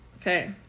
okay